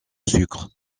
sucre